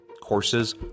courses